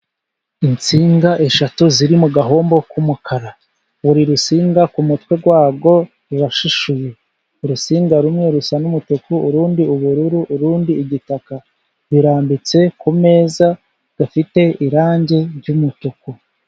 Insinga eshatu ziri mu gahombo k' umukara buri rutsinga ku mutwe warwo rushishuye, urutsinga rumwe rusa n' umutuku, urundi ubururu, urundi igitaka birambitse ku meza afite irangi ry' umutuku.